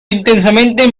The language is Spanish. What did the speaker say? intensamente